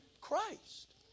Christ